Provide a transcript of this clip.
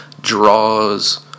draws